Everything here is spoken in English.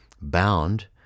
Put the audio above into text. bound